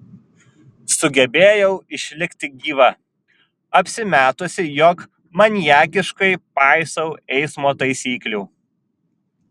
sugebėjau išlikti gyva apsimetusi jog maniakiškai paisau eismo taisyklių